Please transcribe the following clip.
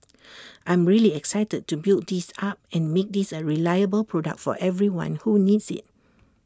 I'm really excited to build this up and make this A reliable product for everyone who needs IT